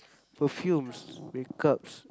perfumes make-ups